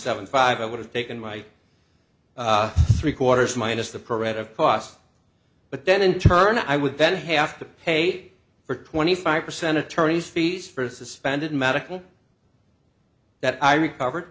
seven five i would have taken my three quarters minus the caret of costs but then in turn i would bend half to pay for twenty five percent attorney's fees for suspended medical that i recovered